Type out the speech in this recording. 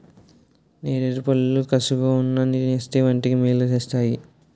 నేరేడుపళ్ళు కసగావున్నా తినేస్తే వంటికి మేలు సేస్తేయ్